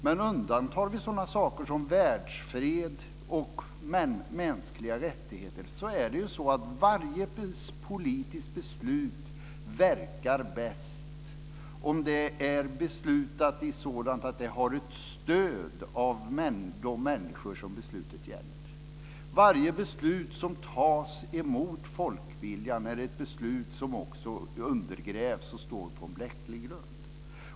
Men om vi undantar sådana saker som världsfred och mänskliga rättigheter så verkar varje politiskt beslut bäst om det är fattat på ett sådant sätt att det har ett stöd av de människor som beslutet gäller. Varje beslut som tas emot folkviljan är ett beslut som också undergrävs och står på en bräcklig grund.